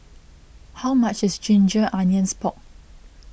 how much is Ginger Onions Pork